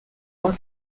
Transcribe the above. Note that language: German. und